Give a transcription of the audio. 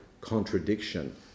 contradiction